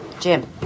Jim